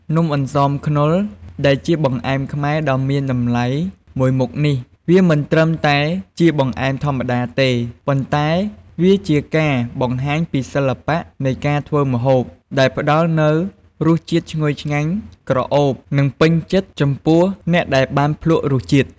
នំអន្សមខ្នុរ ដែលជាបង្អែមខ្មែរដ៏មានតម្លៃមួយមុខនេះ វាមិនត្រឹមតែជាបង្អែមធម្មតាទេ ប៉ុន្តែវាជាការបង្ហាញពីសិល្បៈនៃការធ្វើម្ហូប ដែលផ្តល់នូវរសជាតិឈ្ងុយឆ្ងាញ់ក្រអូប និងពេញចិត្តចំពោះអ្នកដែលបានភ្លក្សរសជាតិ។